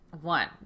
One